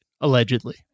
Allegedly